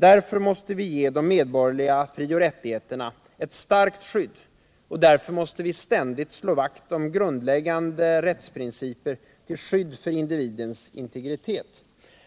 Därför måste vi ge de medborgerliga frioch rättigheterna ett starkt skydd, och därför måste vi ständigt slå vakt om grundläggande rättsprinciper till skydd för individens integritet.